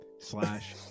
Slash